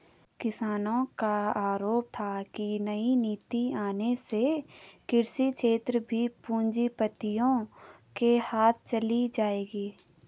किसानो का आरोप था की नई नीति आने से कृषि क्षेत्र भी पूँजीपतियो के हाथ चली जाएगी